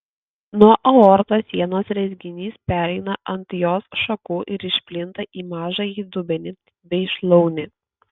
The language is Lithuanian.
nuo aortos sienos rezginys pereina ant jos šakų ir išplinta į mažąjį dubenį bei šlaunį